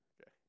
Okay